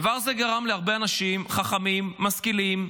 דבר זה גרם להרבה אנשים חכמים, משכילים,